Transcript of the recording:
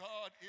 God